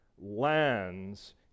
lands